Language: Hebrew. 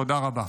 תודה רבה.